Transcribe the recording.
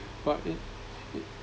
but it it